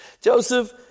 Joseph